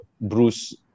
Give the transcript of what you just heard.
Bruce